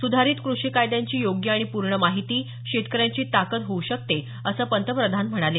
सुधारित कृषी कायद्यांची योग्य आणि पूर्ण माहिती शेतकऱ्यांची ताकद होऊ शकते असं पंतप्रधान म्हणाले